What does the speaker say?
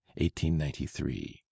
1893